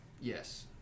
Yes